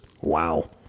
Wow